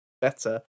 better